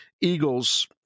Eagles